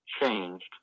changed